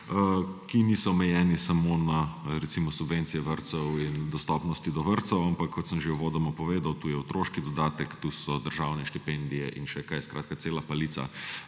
ki niso omejeni samo na recimo subvencije vrtcev in dostopnost vrtcev, ampak kot sem že uvodoma povedal, tu je otroški dodatek, tu so državne štipendije in še kaj. Skratka, cela paleta